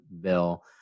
bill